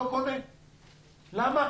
למה?